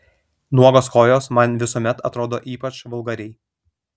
nuogos kojos man visuomet atrodo ypač vulgariai